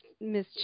Miss